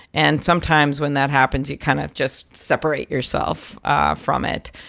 and sometimes when that happens, you kind of just separate yourself ah from it.